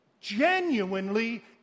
genuinely